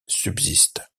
subsiste